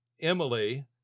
Emily